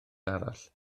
arall